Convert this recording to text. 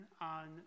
on